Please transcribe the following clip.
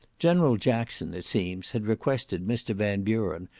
general jackson, it seems, had requested mr. van buren,